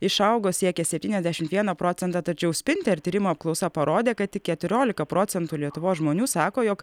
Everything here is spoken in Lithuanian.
išaugo siekia septyniasdešimt vieną procentą tačiau spinter tyrimo apklausa parodė kad tik keturiolika procentų lietuvos žmonių sako jog